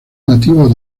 nativo